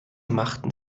machten